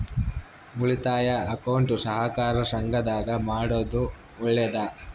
ಉಳಿತಾಯ ಅಕೌಂಟ್ ಸಹಕಾರ ಸಂಘದಾಗ ಮಾಡೋದು ಒಳ್ಳೇದಾ?